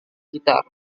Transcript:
gitar